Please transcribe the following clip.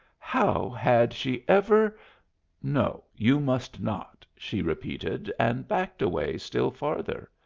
how had she ever no, you must not, she repeated, and backed away still farther.